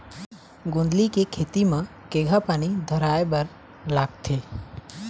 गोंदली के खेती म केघा पानी धराए बर लागथे?